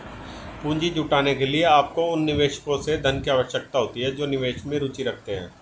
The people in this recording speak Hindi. पूंजी जुटाने के लिए, आपको उन निवेशकों से धन की आवश्यकता होती है जो निवेश में रुचि रखते हैं